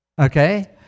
Okay